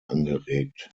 angeregt